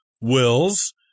wills